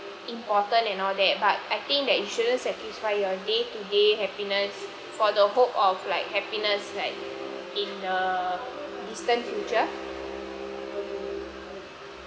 important and all that but I think that you shouldn't sacrifice your day to day happiness for the hope of like happiness like in a distant future